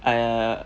uh